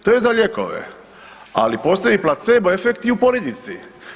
To je za lijekove ali postoji placebo efekt i u politici.